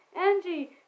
Angie